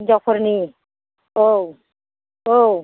हिन्जावफोरनि औ औ